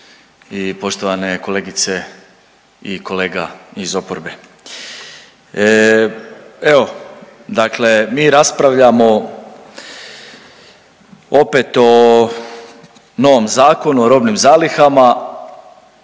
i poštovane kolegice i kolega iz oporbe. Evo dakle mi raspravljamo opet o novom zakonu o robnim zalihama